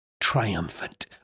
triumphant